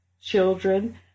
children